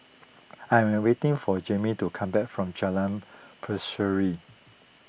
I am waiting for Jaimie to come back from Jalan Berseri